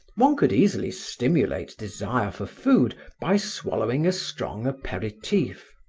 one could easily stimulate desire for food by swallowing a strong aperitif.